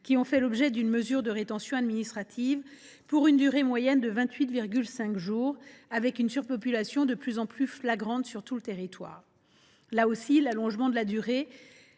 qui ont fait l’objet d’une mesure de rétention administrative, pour une durée moyenne de 28,5 jours, avec une surpopulation de plus en plus flagrante sur tout le territoire. Là encore, l’allongement de la durée